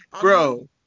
Bro